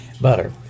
butter